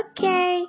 Okay